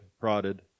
prodded